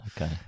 Okay